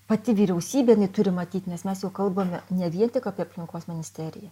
pati vyriausybė jinai turi matyt nes mes jau kalbame ne vien tik apie aplinkos ministeriją